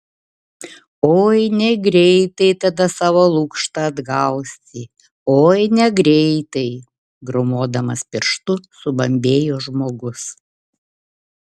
oi negreitai tada savo lukštą atgausi oi negreitai grūmodamas pirštu subambėjo žmogus